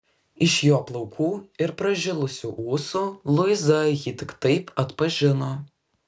iš jo plaukų ir pražilusių ūsų luiza jį tik taip atpažino